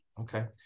Okay